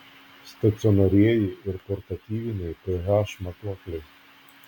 stacionarieji ir portatyviniai ph matuokliai